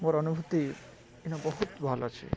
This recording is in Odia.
ମୋର୍ ଅନୁଭୂତି ବହୁତ ଭଲ ଅଛେ